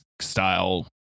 style